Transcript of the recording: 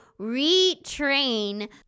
retrain